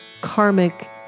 karmic